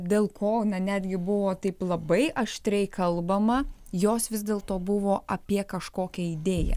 dėl ko netgi buvo taip labai aštriai kalbama jos vis dėlto buvo apie kažkokią idėją